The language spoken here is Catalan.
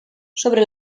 sobre